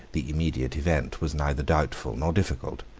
the immediate event was neither doubtful nor difficult.